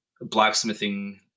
blacksmithing